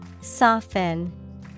soften